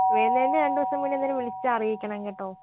വരുന്നതിന്റെ രണ്ട് ദിവസം മുന്നേ എന്തായാലും വിളിച്ച് അറിയിക്കണം കേട്ടോ